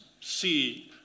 see